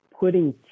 putting